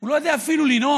הוא לא יודע אפילו לנאום,